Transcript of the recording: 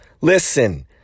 Listen